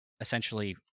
essentially